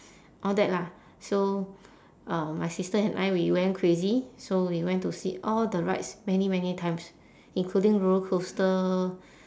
all that lah so uh my sister and I we went crazy so we went to sit all the rides many many times including roller coaster